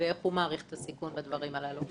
לאיך הוא מעריך את הסיכון בדברים האלה.